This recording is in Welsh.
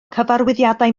cyfarwyddiadau